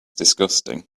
disgusting